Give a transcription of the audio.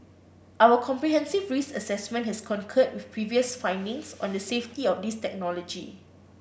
our comprehensive risk assessment has concurred with previous findings on the safety of this technology